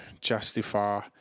justify